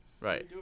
Right